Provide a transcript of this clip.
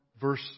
verse